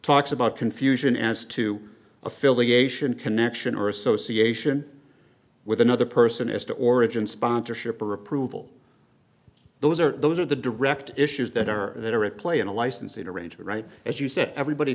talks about confusion as to affiliation connection or association with another person as to origin sponsorship or approval those are those are the direct issues that are that are at play in a license in a range of right as you said everybody